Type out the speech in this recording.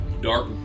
dark